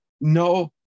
No